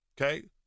Okay